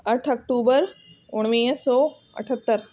अठ अक्टूबर उणिवीह सौ अठहतरि